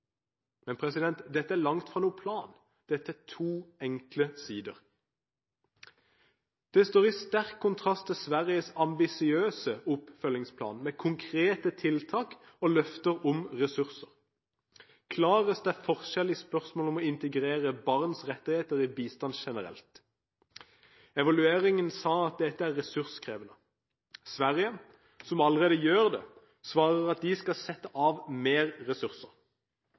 Men det er langt fra noen plan – det er to enkle sider. Det står i sterk kontrast til Sveriges ambisiøse oppfølgingsplan med konkrete tiltak og løfter om ressurser. Klarest er forskjellen i spørsmålet om å integrere barns rettigheter i bistand generelt. Evalueringen sa at dette er ressurskrevende. Sverige, som allerede gjør det, svarer at de skal sette av mer ressurser.